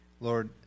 Lord